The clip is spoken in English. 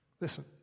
Listen